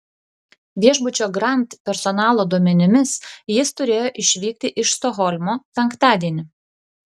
viešbučio grand personalo duomenimis jis turėjo išvykti iš stokholmo penktadienį